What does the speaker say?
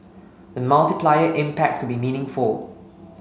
the multiplier impact could be meaningful